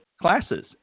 classes